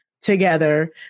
together